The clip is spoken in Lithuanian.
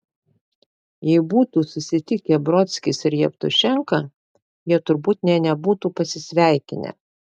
jei būtų susitikę brodskis ir jevtušenka jie turbūt nė nebūtų pasisveikinę